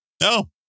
No